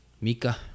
Mika